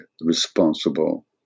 responsible